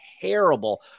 terrible